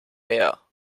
meer